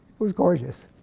was gorgeous.